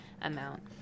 amount